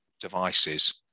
devices